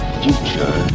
future